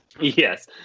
Yes